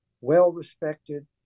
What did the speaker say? well-respected